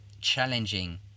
challenging